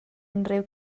unrhyw